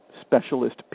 specialist